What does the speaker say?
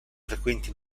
frequenti